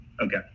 Okay